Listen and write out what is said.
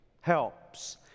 helps